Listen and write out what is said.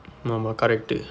ஆமா ஆமா:aamaa aamaa correct